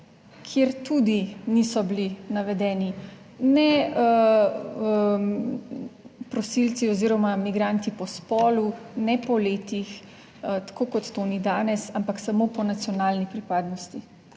kjer tudi niso bili navedeni ne prosilci oziroma migranti po spolu ne po letih, tako kot to ni danes, ampak samo po nacionalni pripadnosti.